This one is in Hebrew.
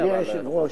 אדוני היושב-ראש,